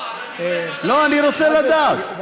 לא, אבל דברי תודה, לא, אני רוצה לדעת.